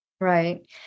Right